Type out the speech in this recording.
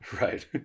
Right